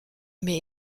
mais